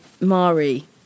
Mari